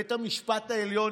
בית המשפט העליון,